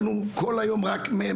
אנחנו כל היום רק,